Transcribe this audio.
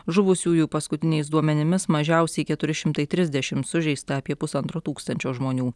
žuvusiųjų paskutiniais duomenimis mažiausiai keturi šimtai trisdešimt sužeista apie pusantro tūkstančio žmonių